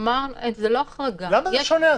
זה לא החרגה --- למה זה שונה,